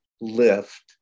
lift